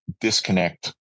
disconnect